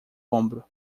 ombro